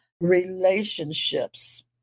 relationships